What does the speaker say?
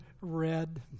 red